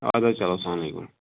اَدٕ حظ چلو سلامُ علیکُم